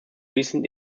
recent